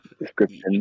description